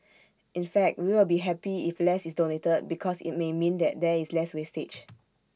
in fact we will be happy if less is donated because IT may mean that there is less wastage